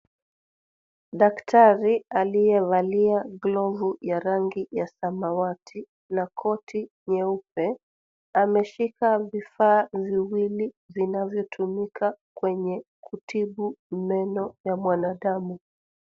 Daktari aliyevalia glovu ya rangi ya samawati na koti nyeupe. Ameshika vifaa viwili vinavyotumika kwenye kutibu meno ya mwanadamu.